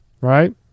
right